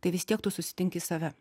tai vis tiek tu susitinki save